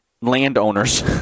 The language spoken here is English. landowners